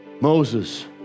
moses